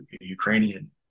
Ukrainian